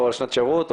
או שנת שירות,